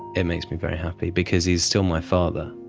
it makes me very happy because he's still my father,